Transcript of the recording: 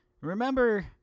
Remember